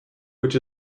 which